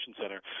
center